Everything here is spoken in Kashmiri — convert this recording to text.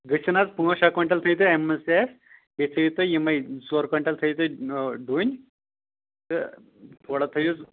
گٔژھِنۍ حظ پانٛژھ شیٚے کۄینٛٹل تھٲوِو تُہۍ امہِ منٛز تہِ اسہِ بیٚیہِ تھٲوِو تُہۍ یِمٕے زٕ ژور کۄینٛٹل تھٲوِو تُہۍ ڈۅنۍ تہٕ تھوڑا تھٲوِو